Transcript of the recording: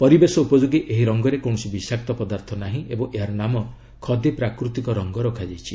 ପରିବେଶ ଉପଯୋଗୀ ଏହି ରଙ୍ଗରେ କୌଣସି ବିଷାକ୍ତ ପଦାର୍ଥ ନାହିଁ ଏବଂ ଏହାର ନାମ 'ଖଦି ପ୍ରାକୃତିକ ରଙ୍ଗ' ରଖାଯାଇଛି